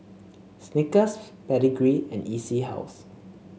Snickers Pedigree and E C House